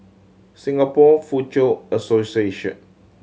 Singapore Foochow Association